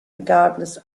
regardless